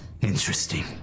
interesting